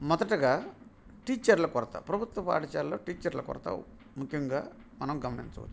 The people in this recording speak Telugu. మొదటగా టీచర్ల కొరత ప్రభుత్వ పాఠశాల్లో టీచర్ల కొరత ముఖ్యంగా మనం గమనించవచ్చు